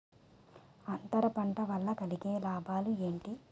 అంతర పంట వల్ల కలిగే లాభాలు ఏంటి